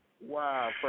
Wow